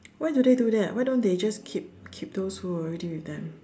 why do they do that why don't they just keep keep those who were already with them